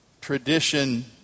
tradition